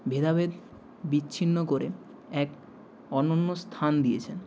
ভেদাভেদ বিচ্ছিন্ন করে এক অনন্য স্থান দিয়েছেন